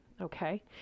Okay